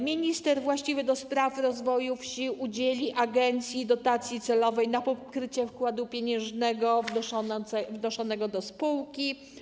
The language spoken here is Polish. Minister właściwy do spraw rozwoju wsi udzieli agencji dotacji celowej na pokrycie wkładu pieniężnego wnoszonego do spółki.